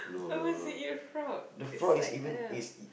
who wants to eat frog is like I don't know